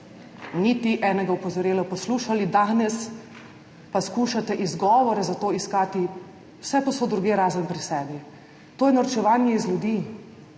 niti enega opozorila poslušali, danes pa skušate izgovore za to iskati vsepovsod drugje, razen pri sebi. To je norčevanje iz ljudi,